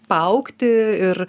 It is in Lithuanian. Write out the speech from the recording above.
paaugti ir